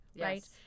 right